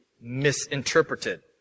misinterpreted